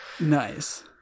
Nice